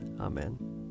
Amen